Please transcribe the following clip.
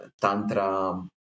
tantra